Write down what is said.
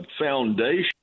foundation